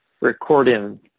recording